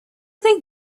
they